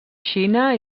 xina